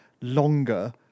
longer